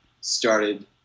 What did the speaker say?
started